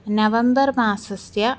नवम्बर् मासस्य